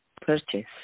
purchase